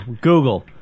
Google